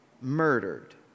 murdered